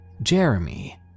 jeremy